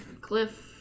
cliff